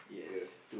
yes